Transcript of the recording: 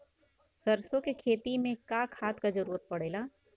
सरसो के खेती में का खाद क जरूरत पड़ेला?